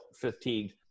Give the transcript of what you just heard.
fatigued